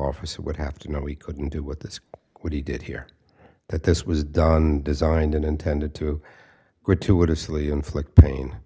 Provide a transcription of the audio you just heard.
officer would have to know he couldn't do what that's what he did here that this was done designed and intended to gratuitously inflict pain